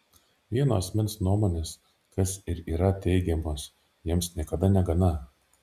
vieno asmens nuomonės kad ir ypač teigiamos jiems niekada negana